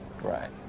Right